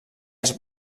els